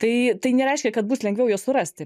tai tai nereiškia kad bus lengviau juos surasti